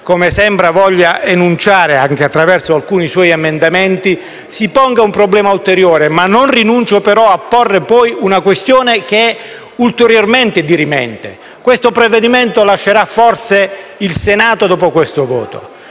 come sembra voglia enunciare anche attraverso alcuni suoi emendamenti, si ponga un problema ulteriore. Non rinuncio però a porre una questione che è ulteriormente dirimente. Questo provvedimento lascerà forse il Senato dopo questo voto